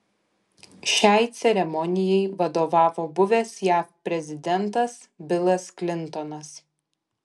šiai ceremonijai vadovavo buvęs jav prezidentas bilas klintonas